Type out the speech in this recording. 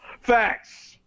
Facts